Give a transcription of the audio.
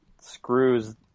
screws